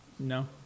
No